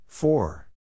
Four